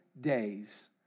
days